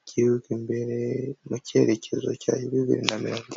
igihugu imbere mu cyerekezo cya bibiri na na mirongo.